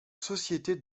sociétés